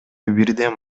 бирден